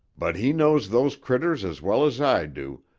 but he knows those critters as well as i do,